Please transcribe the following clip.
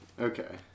Okay